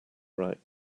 right